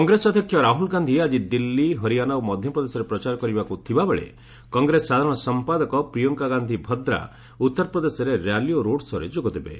କଂଗ୍ରେସ ଅଧ୍ୟକ୍ଷ ରାହୁଲ ଗାନ୍ଧୀ ଆଜି ଦିଲ୍ଲୀ ହରିୟାଣା ଓ ମଧ୍ୟପ୍ରଦେଶରେ ପ୍ରଚାର କରିବାର ଥିବାବେଳେ କଂଗ୍ରେସ ସାଧାରଣ ସମ୍ପାଦକ ପ୍ରିୟଙ୍କା ଗାନ୍ଧୀ ଭାଦ୍ରା ଉତ୍ତରପ୍ରଦେଶରେ ର୍ୟାଲି ଓ ରୋଡ ଶୋରେ ଯୋଗଦେବେ